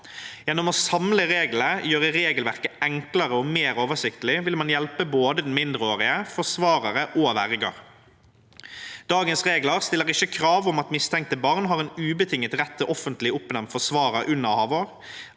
Gjennom å samle reglene og gjøre regelverket enklere og mer oversiktlig vil man hjelpe både den mindreårige, forsvarere og verger. Dagens regler stiller ikke krav om at mistenkte barn har en ubetinget rett til offentlig oppnevnt forsvarer under